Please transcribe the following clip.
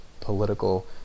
political